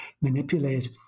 manipulate